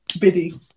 biddy